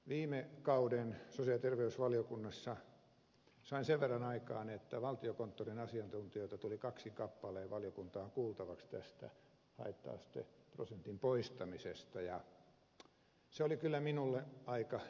viime kauden sosiaali ja terveysvaliokunnassa sain sen verran aikaan että valtiokonttorin asiantuntijoita tuli kaksin kappalein valiokuntaan kuultavaksi tästä haitta asteprosentin poistamisesta ja se oli kyllä minulle aika ikävä kokemus